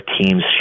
teams